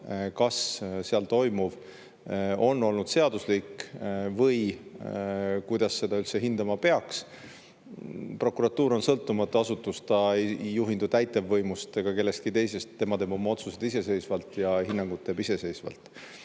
kas seal toimuv on olnud seaduslik, ja [otsustama,] kuidas seda üldse hindama peaks. Prokuratuur on sõltumatu asutus, ta ei juhindu täitevvõimust ega kellestki teisest, tema teeb oma otsused ja hinnangud iseseisvalt.